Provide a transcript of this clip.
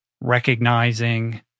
recognizing